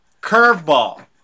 curveball